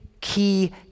key